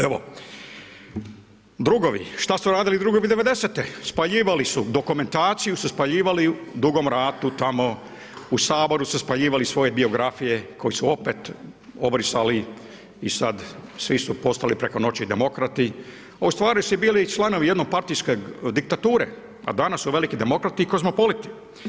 Evo, drugovi, što su radili drugovi '90. spaljivali su dokumentaciju, su spaljivali u Dugom ratu, tamo, u Saboru su spaljivali svoje biografije, koju su opet obrisali i sad svi su postali preko noći demokrati, a ustvari su bili članovi jedne partijske diktature, a danas su veliki demokrati i kozmopoliti.